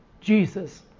Jesus